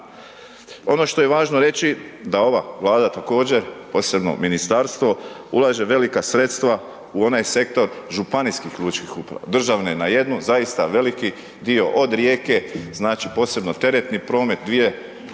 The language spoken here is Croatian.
Ono što je važno reći da ova Vlada također, posebno ministarstvo, ulaže velika sredstva u onaj sektor županijskih lučkih uprava, državne na jednu, zaista veliki dio od Rijeke, znači, posebno teretni promet,